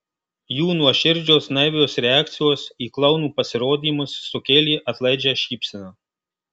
jų nuoširdžios naivios reakcijos į klounų pasirodymus sukėlė atlaidžią šypseną